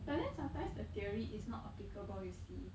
but then sometimes the theory is not applicable you see